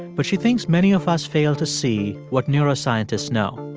but she thinks many of us fail to see what neuroscientists know.